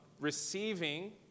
receiving